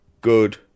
good